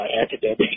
academic